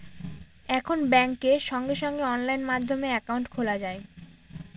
এখন ব্যাঙ্কে সঙ্গে সঙ্গে অনলাইন মাধ্যমে একাউন্ট খোলা যায়